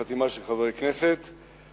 עם חתימה של חברי כנסת נוספים,